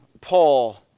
Paul